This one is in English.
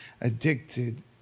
addicted